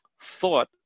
thought